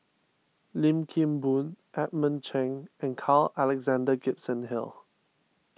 Lim Kim Boon Edmund Cheng and Carl Alexander Gibson Hill